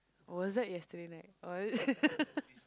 or was that yesterday night or was it